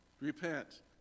repent